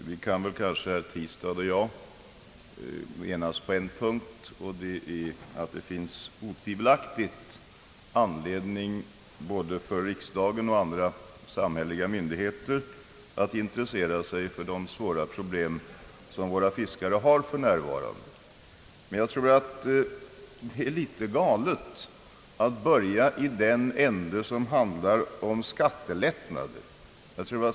Herr talman! Herr Tistad och jag kan kanske enas på en punkt, nämligen att det otvivelaktigt finns anledning för både riksdagen och andra samhälleliga myndigheter att intressera sig för de svåra problem som fiskarna har för närvarande. Men jag tror att det är litet galet att börja i den ända som gäller skattelättnader.